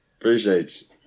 Appreciate